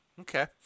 Okay